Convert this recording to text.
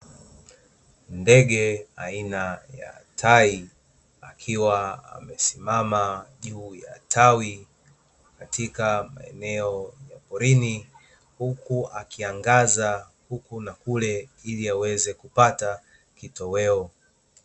Ndege aina ya tai akiwa amesimama juu ya tawi katika maeneo ya porini, huku akiangaza huku na kule ili aweze kupata kitoweo.